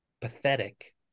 pathetic